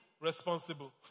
responsible